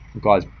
guys